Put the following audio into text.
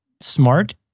smart